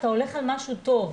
אתה הולך על משהו טוב.